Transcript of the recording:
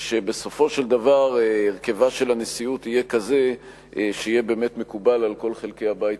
שבסופו של דבר הרכבה של הנשיאות יהיה באמת מקובל על כל חלקי הבית,